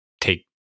take